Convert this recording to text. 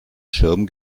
schirm